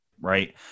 right